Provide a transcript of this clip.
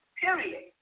period